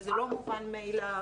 וזה לא מובן מאליו,